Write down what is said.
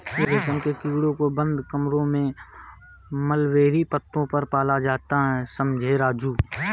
रेशम के कीड़ों को बंद कमरों में मलबेरी पत्तों पर पाला जाता है समझे राजू